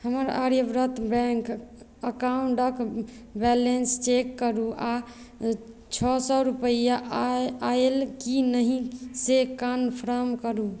हमर आर्यव्रत बैंक अकाउंटक balance check करू आ छओ सए रूपैआ आ आयल कि नहि से कनफर्म करू